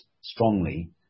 strongly